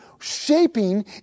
shaping